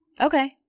Okay